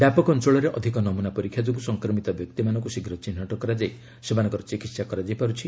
ବ୍ୟାପକ ଅଞ୍ଚଳରେ ଅଧିକ ନମୂନା ପରୀକ୍ଷା ଯୋଗୁଁ ସଂକ୍ରମିତ ବ୍ୟକ୍ତିମାନଙ୍କୁ ଶୀଘ୍ର ଚିହ୍ନଟ କରାଯାଇ ସେମାନଙ୍କର ଚିକିତ୍ସା କରାଯାଇପାରୁଛି